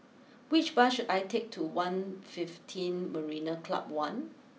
which bus should I take to one fifteen Marina Club one